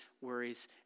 worries